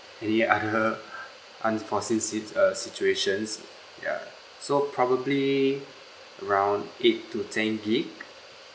any other unforeseen sit~ err situations ya so probably around eight to ten gig